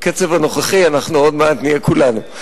בקצב הנוכחי עוד מעט נהיה כולנו.